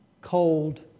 cold